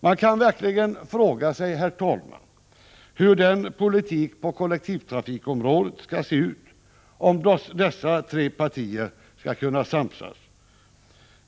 Man kan verkligen fråga sig, herr talman, hur politiken på kollektivtrafikområdet skall se ut om dessa tre partier skall samsas.